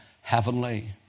heavenly